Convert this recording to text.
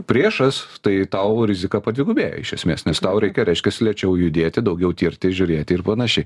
priešas tai tau rizika padvigubėja iš esmės nes tau reikia reiškiasi lėčiau judėti daugiau tirti žiūrėti ir panašiai